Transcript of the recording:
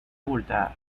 abultada